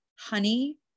Honey